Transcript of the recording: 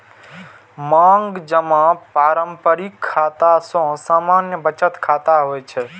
मांग जमा पारंपरिक खाता आ सामान्य बचत खाता होइ छै